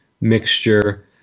mixture